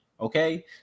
Okay